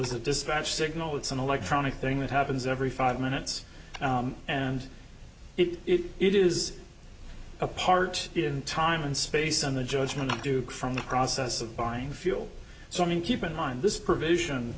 is a dispatch signal it's an electronic thing that happens every five minutes and it is a part in time and space on the judgment of duke from the process of buying fuel so i mean keep in mind this provision